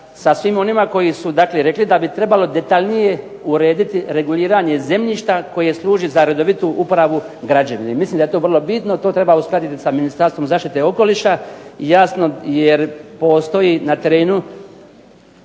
sa svim ovima koji su, dakle rekli da bi trebalo detaljnije urediti reguliranje zemljišta koje služi za redovitu uporabu građevine. Mislim da je to vrlo bitno. To treba uskladiti sa Ministarstvom zaštite i okoliša, jasno jer postoji na terenu